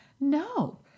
No